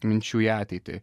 minčių į ateitį